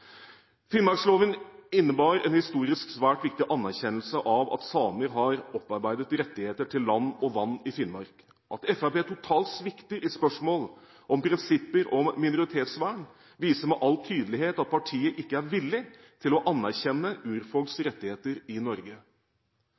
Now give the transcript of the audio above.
Finnmarksloven innebar en historisk svært viktig anerkjennelse av at samer har opparbeidet rettigheter til land og vann i Finnmark. At Fremskrittspartiet totalt svikter i spørsmål når det gjelder prinsipper om minoritetsvern, viser med all tydelighet at partiet ikke er villig til å anerkjenne urfolks rettigheter i Norge.